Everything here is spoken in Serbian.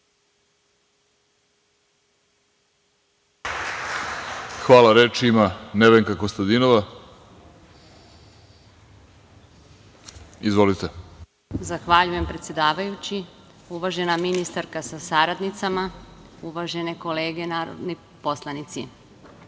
Hvala. Reč ima Nevenka Kostadinova. **Nevenka Kostadinova** Zahvaljujem predsedavajući. Uvažena ministarka sa saradnicima, uvažene kolege narodni poslanici,